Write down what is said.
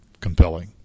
compelling